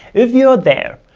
if you're there,